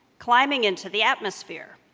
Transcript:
climbing into the atmosphere.